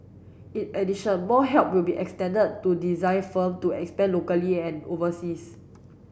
in addition more help will be extended to design firm to expand locally and overseas